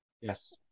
Yes